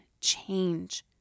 change